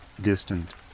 distant